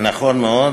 נכון מאוד,